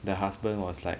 the husband was like